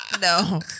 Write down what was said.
No